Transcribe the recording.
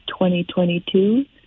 2022